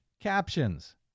captions